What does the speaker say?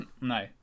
no